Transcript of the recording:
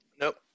nope